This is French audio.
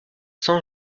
san